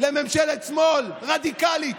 לממשלת שמאל רדיקלית.